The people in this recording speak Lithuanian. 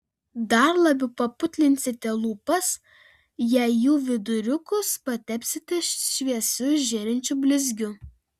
dar labiau paputlinsite lūpas jei jų viduriukus patepsite šviesiu žėrinčiu blizgiu